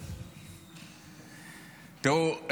תראו,